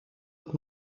het